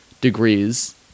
degrees